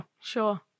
Sure